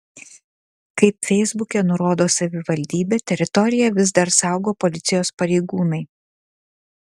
kaip feisbuke nurodo savivaldybė teritoriją vis dar saugo policijos pareigūnai